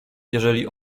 jeżeli